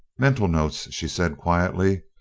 mental notes, she said quietly,